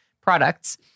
products